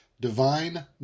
divine